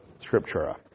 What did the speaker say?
scriptura